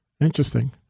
interesting